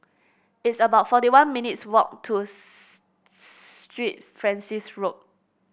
it's about forty one minutes' walk to Street Francis Road